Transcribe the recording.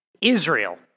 Israel